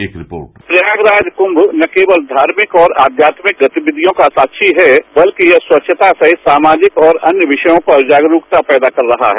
एक रिपोर्ट प्रयागराज कृंम न केवल धार्मिक और आध्यात्मिक गतिविधियों का साक्षी है बल्कि स्वच्छता सहित सामाजिक और अन्य विषयों पर जागरूकता पैदा कर रहा है